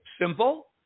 simple